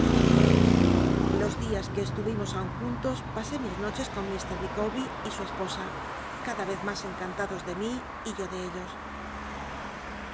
los dias que estuvimos aun juntos pasé mís noches con iir llficawber y su esposa cada ycz mas encantados de mi y yo de ellos